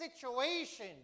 situation